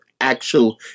actual